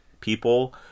people